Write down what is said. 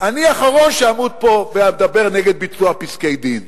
אני האחרון שיעמוד פה וידבר נגד ביצוע פסקי-דין.